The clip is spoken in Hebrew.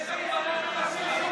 חבר הכנסת יוראי להב הרצנו.